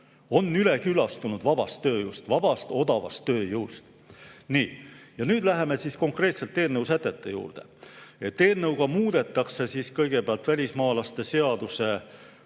On üleküllastunud vabast tööjõust, vabast odavast tööjõust. Nii. Ja nüüd läheme konkreetselt eelnõu sätete juurde. Eelnõuga muudetakse kõigepealt välismaalaste seaduse